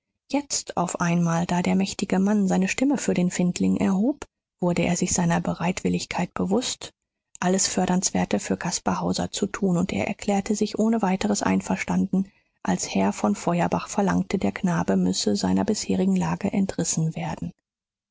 jetzt auf einmal da der mächtige mann seine stimme für den findling erhob wurde er sich seiner bereitwilligkeit bewußt alles fördernswerte für caspar hauser zu tun und er erklärte sich ohne weiteres einverstanden als herr von feuerbach verlangte der knabe müsse seiner bisherigen lage entrissen werden